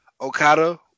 Okada